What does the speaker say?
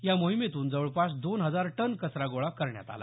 या मोहिमेतून जवळपास दोन हजार टन कचरा गोळा करण्यात आला